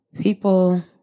people